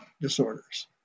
disorders